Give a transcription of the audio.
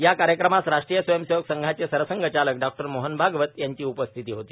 या कार्यक्रमास राष्ट्रीय स्वयंसेवक संघाचे सरसंघचालक डॉक्टर मोहन भागवत यांची उपस्थिती होती